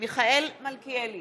מיכאל מלכיאלי,